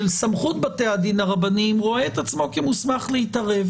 סמכות בתי הדין הרבניים רואה את עצמו כמוסמך להתערב.